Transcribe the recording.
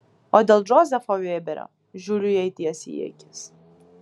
o dėl džozefo vėberio žiūriu jai tiesiai į akis